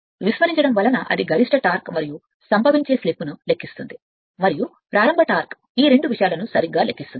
నిర్లక్ష్యం చేయడం వలన గరిష్ట టార్క్ మరియు అది సంభవించే స్లిప్ను లెక్కిస్తుంది మరియు ప్రారంభ టార్క్ ఈ రెండు విషయాలను సరిగ్గా లెక్కిస్తుంది